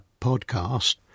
podcast